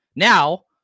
Now